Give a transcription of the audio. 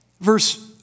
Verse